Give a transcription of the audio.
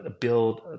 build